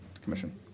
commission